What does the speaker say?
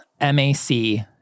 M-A-C